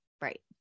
right